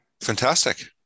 Fantastic